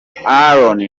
aaron